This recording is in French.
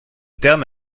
terme